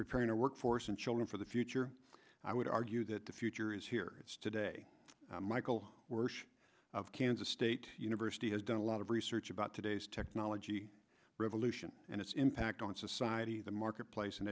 preparing our workforce and children for the future i would argue that the future is here today michael kansas state university has done a lot of research about today's technology revolution and its impact on society the marketplace in